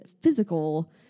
physical